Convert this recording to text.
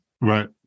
right